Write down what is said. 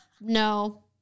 no